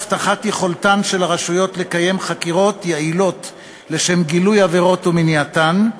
הבטחת יכולתן של הרשויות לקיים חקירות יעילות לשם גילוי עבירות ומניעתן,